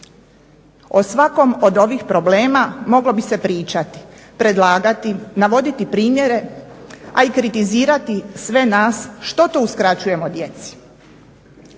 O svakom od ovih problema moglo bi se pričati, predlagati, navoditi primjere, a i kritizirati sve nas što to uskraćujemo sve djeci.